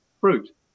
fruit